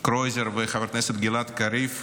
קרויזר וחבר הכנסת גלעד קריב,